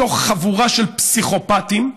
בתוך חבורה של פסיכופטים,